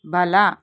ಬಲ